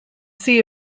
see